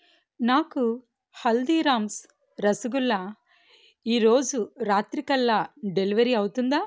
నాకు హల్దీరామ్స్ రసగుల్లా ఈరోజు రాత్రికల్లా డెలివరీ అవుతుందా